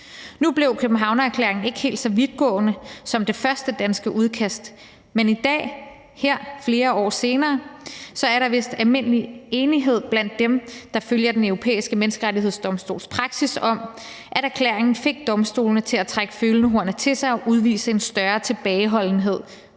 Nu blev Københavnerklæringen ikke helt så vidtgående som det første danske udkast, men i dag, her flere år senere, er der vist almindelig enighed blandt dem, der følger Den Europæiske Menneskerettighedsdomstols praksis, om, at erklæringen fik domstolen til at trække følehornene til sig og udvise en større tilbageholdenhed